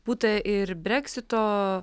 būta ir breksito